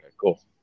Cool